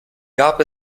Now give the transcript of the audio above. gab